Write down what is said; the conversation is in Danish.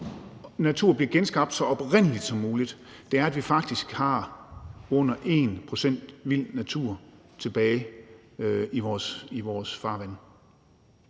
natur bliver genskabt så oprindeligt som muligt, er, at vi faktisk har under 1 pct. vild natur tilbage i vores farvande.